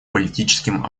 политическим